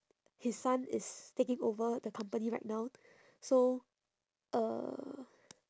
his son is taking over the company right now so uh